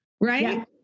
right